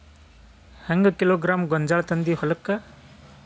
ಹೆಂಗ್ ಕಿಲೋಗ್ರಾಂ ಗೋಂಜಾಳ ತಂದಿ ಹೊಲಕ್ಕ?